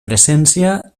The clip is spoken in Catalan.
presència